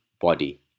body